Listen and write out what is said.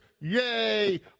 Yay